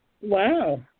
Wow